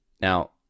Now